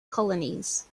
colonies